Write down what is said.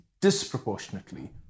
disproportionately